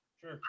sure